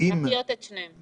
--- להחיות את שניהם.